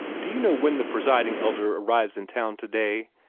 do you know when the presiding elder arrives in town today,